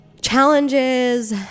challenges